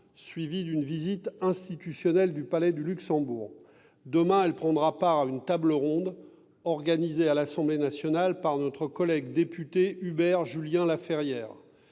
suivie d'une visite institutionnelle du palais du Luxembourg. Demain, elle prendra part à une table ronde organisée à l'Assemblée nationale par notre collègue député Hubert Julien-Laferrière.